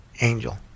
angel